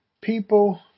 people